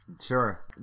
Sure